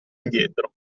indietro